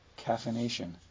caffeination